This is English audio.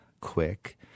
quick